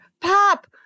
Pop